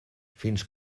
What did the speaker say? fins